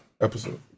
episode